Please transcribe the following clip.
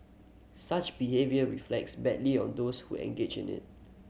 such behaviour reflects badly on those who engage in it